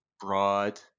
broad